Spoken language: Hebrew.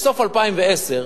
בסוף 2010,